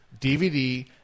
DVD